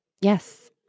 Yes